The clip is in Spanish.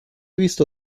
visto